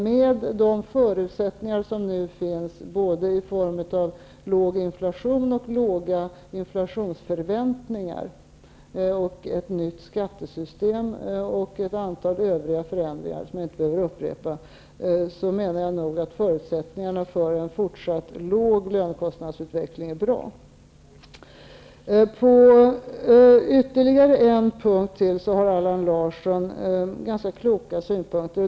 Med de förutsättningar som nu finns både i form av låg inflation och låga inflationsförväntningar, ett nytt skattesystem och ett antal övriga förändringar, som jag inte behöver upprepa, menar jag nog att förutsättningarna för en fortsatt låg lönekostnadsutveckling är goda. På ytterligare en punkt har Allan Larsson ganska kloka synpunkter.